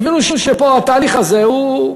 הבינו שפה התהליך הזה הוא,